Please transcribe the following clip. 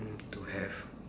mm to have